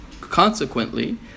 Consequently